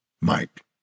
Mike